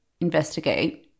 investigate